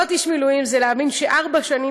להיות איש מילואים זה להבין שארבע שנים